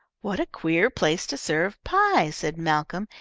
what a queer place to serve pie, said malcolm,